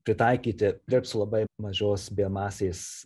pritaikyti dirbt su labai mažos biomasės